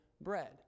Bread